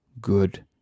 good